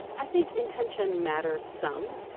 i think intention matters some.